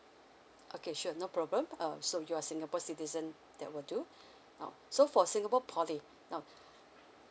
okay sure no problem err so your singapore citizen that will do now so for singapore poly now